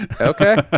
Okay